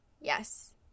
Yes